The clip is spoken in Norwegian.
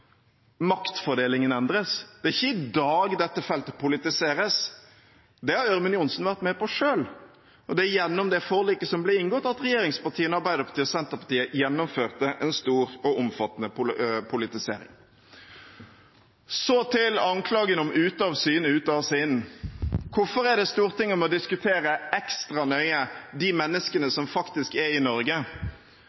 maktfordelingen endres. Det er ikke i dag dette feltet politiseres. Det har Ørmen Johnsen vært med på selv, og det er gjennom det forliket som ble inngått, at regjeringspartiene, Arbeiderpartiet og Senterpartiet gjennomførte en stor og omfattende politisering. Så til anklagen om «ute av syne, ute av sinn»: Hvorfor må Stortinget diskutere ekstra nøye de menneskene